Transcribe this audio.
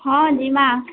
ହଁ ଯିମା